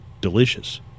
Delicious